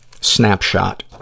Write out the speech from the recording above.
snapshot